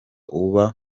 uba